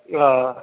آ